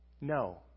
No